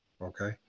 Okay